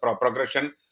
progression